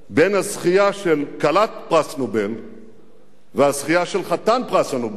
בין הזכייה של כלת פרס נובל והזכייה של חתן פרס נובל,